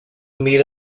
meet